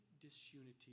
disunity